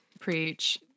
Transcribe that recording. Preach